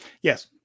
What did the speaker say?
Yes